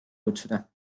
kutsuda